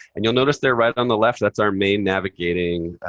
and you'll notice there right on the left, that's our main navigating